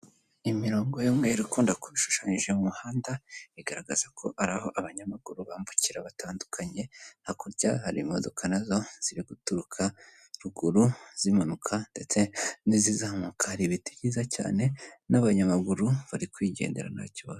Imirongo y'umweru ikunda kuba ishushanyije mu muhanda, igaragaza ko ari aho abanyamaguru bambukira batandukanye, hakurya hari imodoka nazo ziri guturuka ruguru zimanuka ndetse n'izizamuka, hari ibiti ryiza cyane n'abanyamaguru barikwigendera nta kibazo.